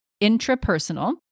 Intrapersonal